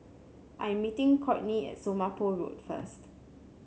I am meeting Cortney at Somapah Road first